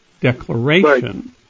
Declaration